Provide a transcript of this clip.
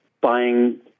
buying